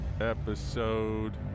episode